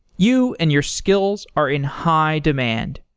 you and your skills are in high demand.